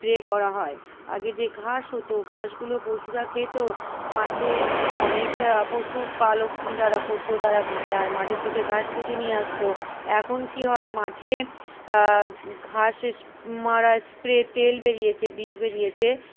spray করা হয় আগে যে ঘাস হতো ঘাসগুলো পশুরা খেত মাঠে অনেক পশুপালক যারা করতো তারা মাঠের থেকে ঘাস কেটে নিয়ে আসতো এখন কী হয় মাঠে ঘাসের মারা স্প্রে তেল বেরিয়েছে বিষ বেরিয়েছে